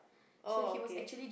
oh okay